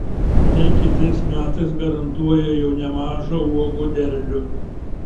tai kitais metais garantuoja jau nemažą uogų derlių